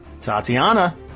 Tatiana